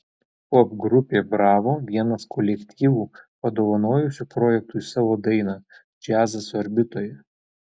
popgrupė bravo vienas kolektyvų padovanojusių projektui savo dainą džiazas orbitoje